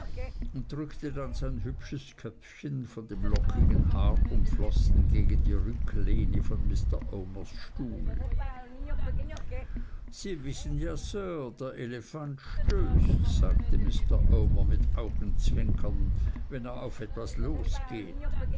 und drückte dann sein hübsches köpfchen von dem lockigen haar umflossen gegen die rücklehne von mr omers stuhl sie wissen ja sir der elefant stößt sagte mr omer mit augenzwinkern wenn er auf etwas losgeht